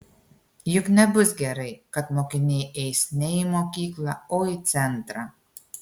juk nebus gerai kad mokiniai eis ne į mokyklą o į centrą